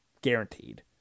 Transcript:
guaranteed